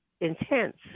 intense